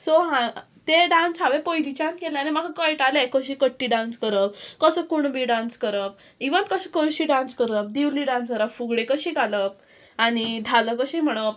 so हा तें dance हांवें पयलींच्यान केले आनी म्हाका कळटालें कशी कट्टी डांस करप कसो कुणबी डांस करप इवन कशी कळशी डांस करप दिवली डांस करप फुगडे कशी घालप आनी धालो कशी म्हणप